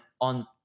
on